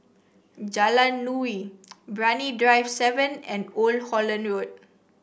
Jalan Nuri Brani Drive seven and Old Holland Road